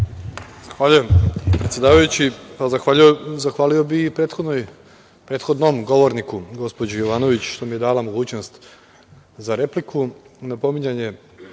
Zahvaljujem, predsedavajući. Zahvalio bih i prethodnom govorniku, gospođi Jovanović što mi je dala mogućnost za repliku